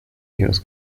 ihres